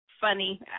funny